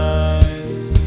eyes